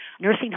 nursing